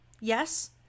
Yes